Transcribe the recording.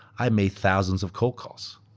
i made thousands of cold-calls,